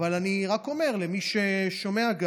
אבל אני רק אומר, למי שגם שומע,